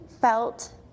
felt